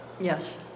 yes